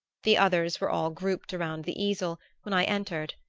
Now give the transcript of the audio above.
the others were all grouped around the easel when i entered,